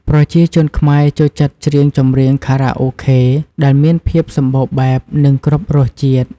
ប្រជាជនខ្មែរចូលចិត្តច្រៀងចម្រៀងខារ៉ាអូខេដែលមានភាពសម្បូរបែប និងគ្រប់រសជាតិ។